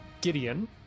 Gideon